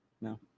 No